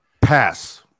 Pass